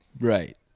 Right